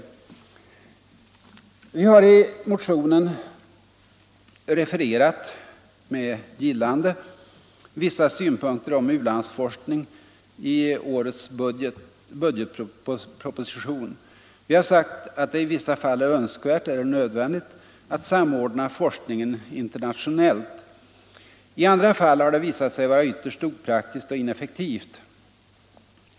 Vi har i motionen refererat med gillande vissa synpunkter på u-landsforskning i årets budgetproposition. Vi har sagt att det i vissa fall är önskvärt eller nödvändigt att samordna forskningen internationellt. I andra fall har det visat sig vara ytterst opraktiskt och ineffektivt.